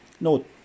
Note